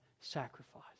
sacrifice